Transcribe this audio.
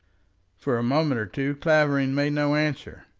for a moment or two clavering made no answer,